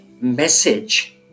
message